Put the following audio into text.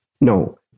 No